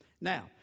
Now